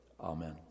Amen